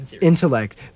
intellect